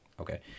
okay